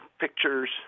pictures